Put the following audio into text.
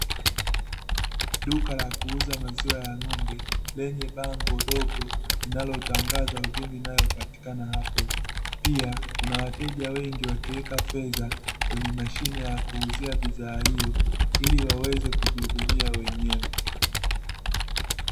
Duka la kuuza maziwa ya ng'ombe lenye bango dogo, linalotangaza huduma inayopatikana hapo. Pia, kuna wateja wengi wakiweka fedha kwenye mashine ya kuuzia bidhaa hiyo ili waweze kujihudumia wenyewe.